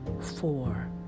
Four